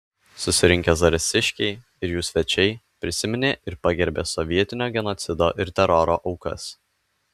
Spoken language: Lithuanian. susirinkę zarasiškiai ir jų svečiai prisiminė ir pagerbė sovietinio genocido ir teroro aukas